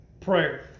prayer